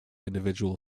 individual